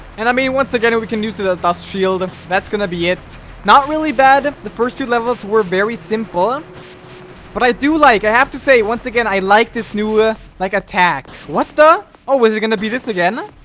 and i mean once again we can use to the dust shield. that's gonna be it not really bad the first two levels were very simple but i do like i have to say once again. i like this new earth like attack what the oh is it gonna be this again?